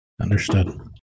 understood